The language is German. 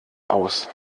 aus